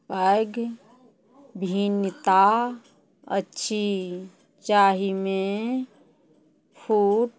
पैघ भिन्नता अछि जाहिमे फूट